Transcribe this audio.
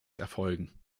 erfolgen